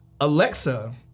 Alexa